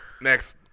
Next